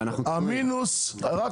אין שם מינוס.